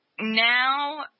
Now